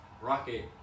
Rocket